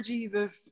Jesus